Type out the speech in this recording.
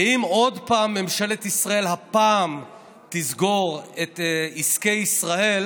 ואם עוד פעם ממשלת ישראל הפעם תסגור את עסקי ישראל